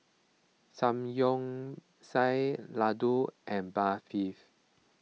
Samgyeopsal Ladoo and Barfis